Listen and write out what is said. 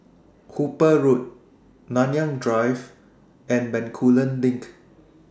Hooper Road Nanyang Drive and Bencoolen LINK